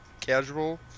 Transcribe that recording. casual